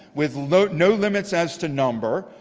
with no no limits as to number,